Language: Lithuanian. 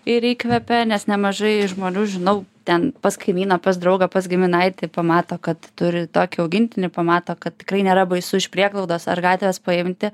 ir įkvepia nes nemažai žmonių žinau ten pas kaimyną pas draugą pas giminaitį pamato kad turi tokį augintinį pamato kad tikrai nėra baisu iš prieglaudos ar gatvės paimti